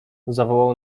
zawołał